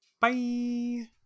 Bye